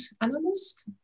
analyst